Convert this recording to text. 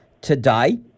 today